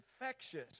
infectious